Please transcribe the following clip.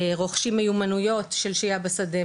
רוכשים מיומנויות של שהייה בשדה,